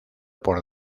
por